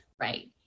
right